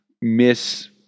miss